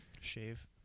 Shave